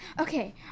Okay